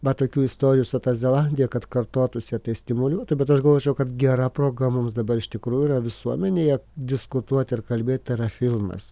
va tokių istorijų su ta zelandija kad kartotųsi tai stimuliuotų bet aš galvočiau kad gera proga mums dabar iš tikrųjų visuomenėje diskutuot ir kalbėt yra filmas